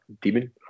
demon